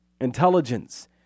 intelligence